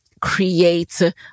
create